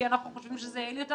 כי אנחנו חושבים שאין יותר,